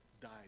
died